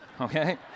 okay